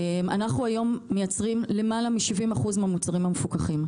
אנחנו היום מייצרים למעלה מ-70% מהמוצרים המפוקחים.